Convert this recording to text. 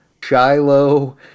Shiloh